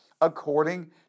according